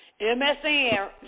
MSN